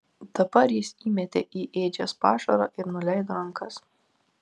dabar jis įmetė į ėdžias pašaro ir nuleido rankas